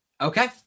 okay